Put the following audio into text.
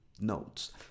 notes